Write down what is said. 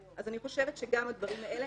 אז אני חושבת שגם הדברים האלה,